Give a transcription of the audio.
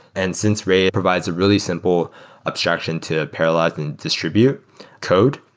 and since ray provides a really simple abstraction to paralyze and distributor code,